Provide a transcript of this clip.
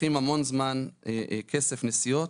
לוקחים המון זמן, כסף, נסיעות,